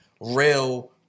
real